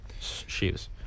shoes